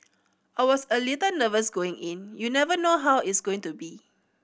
I was a little nervous going in you never know how is going to be